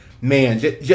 man